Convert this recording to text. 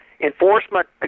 Enforcement